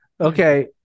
Okay